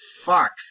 Fuck